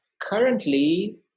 currently